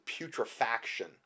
putrefaction